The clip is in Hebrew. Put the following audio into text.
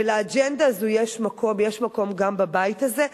ולאג'נדה הזאת יש מקום גם בבית הזה.